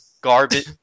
garbage